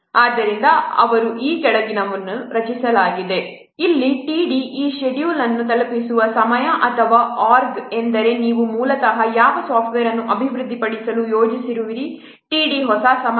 ಆದ್ದರಿಂದ ಅವರು ಈ ಕೆಳಗಿನವುಗಳನ್ನು ರಚಿಸಲಾಗಿದೆ ಇಲ್ಲಿ td ಈ ಶೆಡ್ಯೂಲ್ ಅನ್ನು ತಲುಪಿಸುವ ಸಮಯ ಅಥವಾ org ಎಂದರೆ ನೀವು ಮೂಲತಃ ಯಾವ ಸಾಫ್ಟ್ವೇರ್ ಅನ್ನು ಅಭಿವೃದ್ಧಿಪಡಿಸಲು ಯೋಜಿಸಿರುವಿರಿ td ಹೊಸ ಸಮಯ